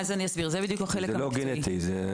הרי זה לא גנטי?